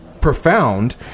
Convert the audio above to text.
profound